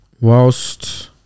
Whilst